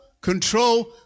control